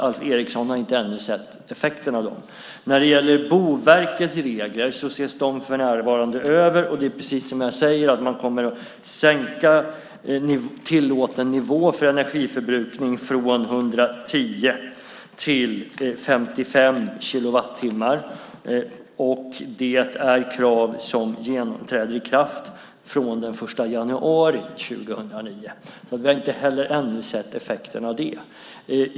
Alf Eriksson har ännu inte sett effekten av dem. Boverkets regler ses för närvarande över. Precis som jag säger kommer man att sänka den tillåtna nivån för energiförbrukning från 110 till 55 kilowattimmar. Det är krav som träder i kraft från den 1 januari 2009. Vi har inte heller sett effekterna av detta än.